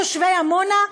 תושבי עמונה,